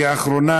והיא האחרונה,